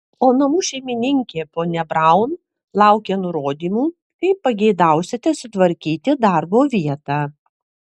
o namų šeimininkė ponia braun laukia nurodymų kaip pageidausite sutvarkyti darbo vietą